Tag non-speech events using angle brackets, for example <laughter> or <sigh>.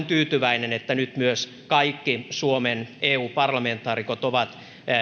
<unintelligible> tyytyväinen että nyt myös kaikki suomen eu parlamentaarikot ovat